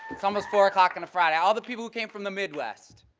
it's almost four o'clock on a friday. all the people who came from the midwest.